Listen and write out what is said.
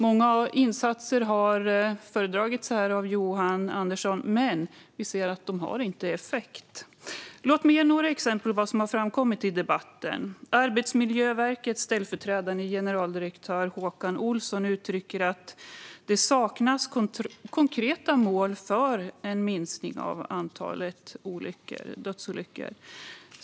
Många insatser har föredragits av Johan Andersson, men vi ser ju att dessa insatser inte har effekt. Låt mig ge några exempel på vad som har framkommit i debatten. Arbetsmiljöverkets ställföreträdande generaldirektör Håkan Olsson uttrycker att det saknas konkreta mål för en minskning av antalet dödsolyckor.